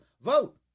vote